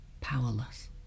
Powerless